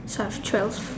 that's twelve